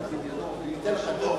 כשדנו בעניינו,